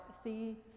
see